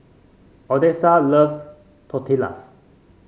Odessa loves Tortillas